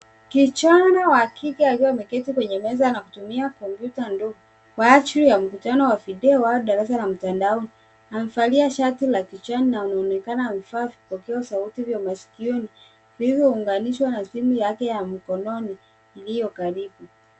Kijana wa kike akiwa ameketi kwenye meza na kutumia kompyuta ndogo, kwa ajili ya mkutano wa video au darasa la mtandaoni. Amevalia shati la kijani na anaonekana amevaa vipokea sauti vya masikio lililounganishwa na simu yake ya mkononi iliyo karibu.